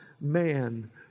man